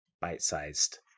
bite-sized